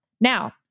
Now